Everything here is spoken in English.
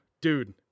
dude